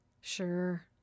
Sure